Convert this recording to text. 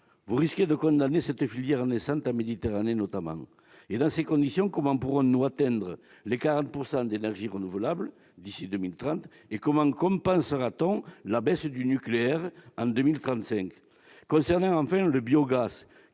vous risquez de condamner cette filière naissante, en Méditerranée notamment. Dans ces conditions, comment pourrons-nous atteindre les 40 % d'énergies renouvelables d'ici à 2030 et comment compensera-t-on la baisse du nucléaire en 2035 ?